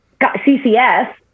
CCS